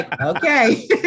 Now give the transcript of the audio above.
okay